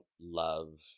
love